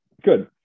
good